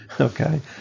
okay